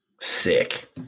Sick